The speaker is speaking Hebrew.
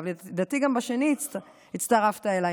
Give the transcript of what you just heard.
לדעתי גם בשני הצטרפת אליי.